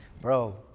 Bro